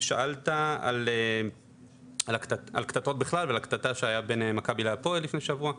שאלת על קטטות בכלל ועל הקטטה שהייתה בין מכבי להפועל לפני שבוע,